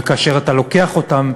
וכאשר אתה לוקח אותם,